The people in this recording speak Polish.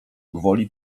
gwoli